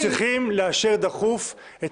הם צריכים לאשר דחוף את